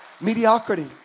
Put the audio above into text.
mediocrity